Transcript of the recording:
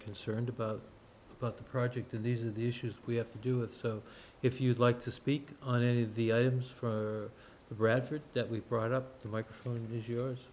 concerned about but the project and these are the issues we have to do it so if you'd like to speak on any of the items from the bradford that we brought up the microphone is yours